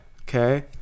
Okay